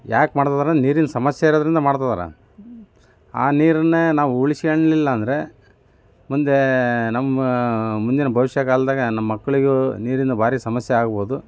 ಯಾಕೆ ಮಾಡ್ತಿದ್ದಾರೆ ಅಂದು ನೀರಿನ ಸಮಸ್ಯೆ ಇರೋದ್ರಿಂದ ಮಾಡ್ತಿದ್ದಾರೆ ಆ ನೀರನ್ನೇ ನಾವು ಉಳಿಸ್ಕ್ಯಂಡ್ಲಿಲ್ಲ ಅಂದರೇ ಮುಂದೆ ನಮ್ಮ ಮುಂದಿನ ಭವಿಷ್ಯ ಕಾಲ್ದಾಗ ನಮ್ಮ ಮಕ್ಕಳಿಗೂ ನೀರಿನ ಭಾರಿ ಸಮಸ್ಯೆ ಆಗ್ಬೋದು